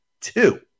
two